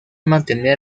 mantener